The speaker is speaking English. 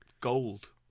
Gold